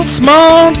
small